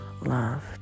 love